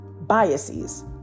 biases